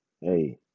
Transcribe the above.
Hey